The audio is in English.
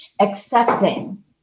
accepting